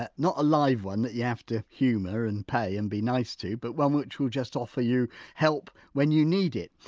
not a live one that you have to humour and pay and be nice to but one which will just offer you help when you need it.